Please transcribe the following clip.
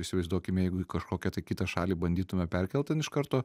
įsivaizduokime jeigu į kažkokią tai kitą šalį bandytume perkelt ten iš karto